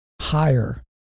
higher